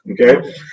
okay